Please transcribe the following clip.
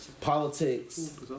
politics